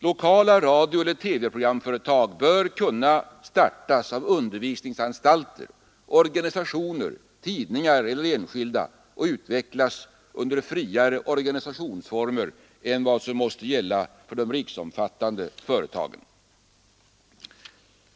Lokala radioeller TV-programföretag bör kunna startas av undervisningsanstalter, organisationer, tidningar eller enskilda och utvecklas under friare organisationsformer än vad som måste gälla för de riksomfattande företagen.